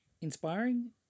inspiring